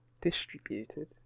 Distributed